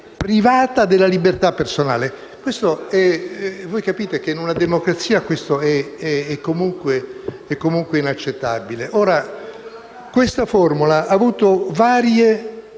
privata della libertà personale. Voi capite che in una democrazia questo è comunque inaccettabile. Questa formula ha avuto una